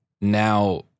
now